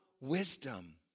wisdom